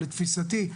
לתפיסתי,